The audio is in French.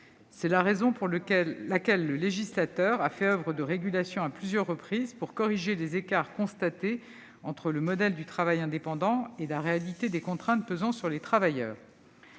C'est la raison pour laquelle le législateur a fait oeuvre de régulation à plusieurs reprises, pour corriger les écarts constatés entre le modèle du travail indépendant et la réalité des contraintes pesant sur les travailleurs.